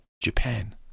Japan